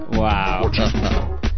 Wow